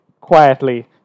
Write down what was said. quietly